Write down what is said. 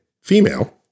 female